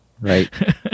Right